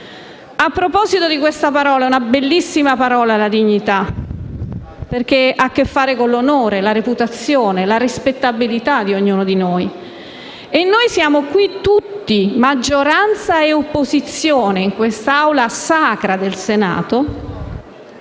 A proposito, dignità è una bellissima parola, perché ha a che fare con l'onore, la reputazione, la rispettabilità di ognuno e noi siamo qui tutti, maggioranza e opposizione, in quest'Aula sacra del Senato